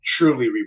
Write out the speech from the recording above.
truly